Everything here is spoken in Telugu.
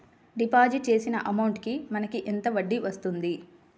డిపాజిట్ చేసిన అమౌంట్ కి మనకి ఎంత వడ్డీ వస్తుంది?